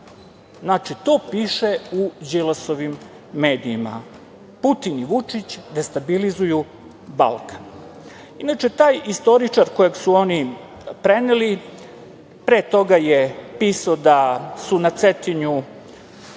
Znači, to piše u Đilasovim medijima – Putin i Vučić destabilizuju Balkan. Inače, taj istoričar kojeg su oni preneli pre toga je pisao da su na Cetinju